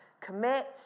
commit